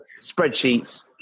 spreadsheets